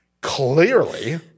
clearly